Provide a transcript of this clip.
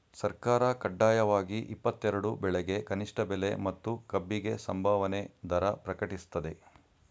ಸರ್ಕಾರ ಕಡ್ಡಾಯವಾಗಿ ಇಪ್ಪತ್ತೆರೆಡು ಬೆಳೆಗೆ ಕನಿಷ್ಠ ಬೆಲೆ ಮತ್ತು ಕಬ್ಬಿಗೆ ಸಂಭಾವನೆ ದರ ಪ್ರಕಟಿಸ್ತದೆ